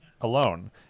alone